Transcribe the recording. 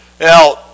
Now